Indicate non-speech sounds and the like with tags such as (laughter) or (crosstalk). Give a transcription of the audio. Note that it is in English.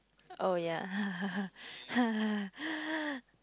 oh ya (laughs)